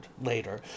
later